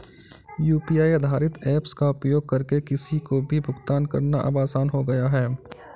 UPI आधारित apps का उपयोग करके किसी को भी भुगतान करना अब आसान हो गया है